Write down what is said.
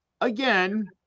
Again